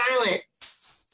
silence